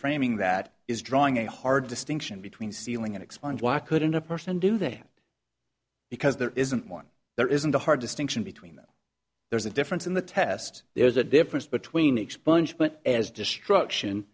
framing that is drawing a hard distinction between sealing and expunge walk couldn't a person do that because there isn't one there isn't a hard distinction between them there's a difference in the test there's a difference between expungement as destruction